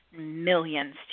millions